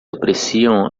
apreciam